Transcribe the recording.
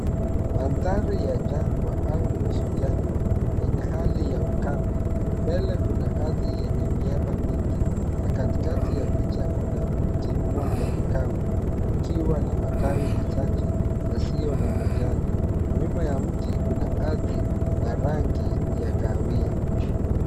Mandhari ya jangwa au nusu jangwa, yenye hali ya ukame, mbele kuna ardhi yenye miamba mingi na katikati ya picha kuna mti mmoja mkavu ukiwa na matawi machache yasiyo na majani. Nyuma ya mti kuna ardhi na rangi ya kahawia.